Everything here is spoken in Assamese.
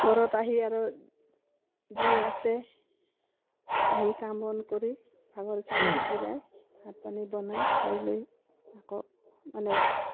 ঘৰত আহি আৰু যি আছে আহি কাম বন কৰি ভাগৰ চাগৰ জিৰাই ভাত পানী বনাই খাই লৈ আকৌ মানে